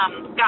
got